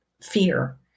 fear